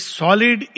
solid